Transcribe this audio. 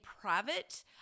private